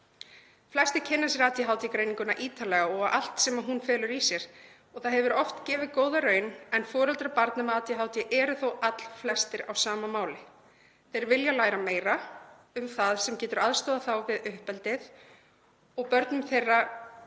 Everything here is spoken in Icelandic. Flestir kynna sér ADHD-greininguna ítarlega og allt sem hún felur í sér og það hefur oft gefið góða raun. En foreldrar barna með ADHD eru þó allflestir á sama máli, þeir vilja læra meira um það sem getur aðstoðað þá við uppeldið og börn þeirra